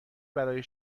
برای